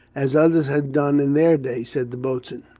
as others have done in their day said the boatswain.